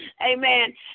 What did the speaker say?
Amen